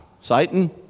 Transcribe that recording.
Satan